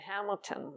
Hamilton